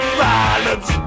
violence